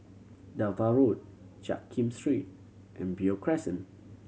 Delta Road Jiak Kim Street and Beo Crescent